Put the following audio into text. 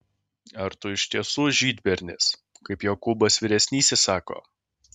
ar tu iš tiesų žydbernis kaip jokūbas vyresnysis sako